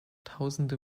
tausende